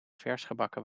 versgebakken